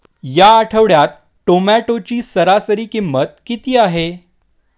या आठवड्यात टोमॅटोची सरासरी किंमत किती आहे?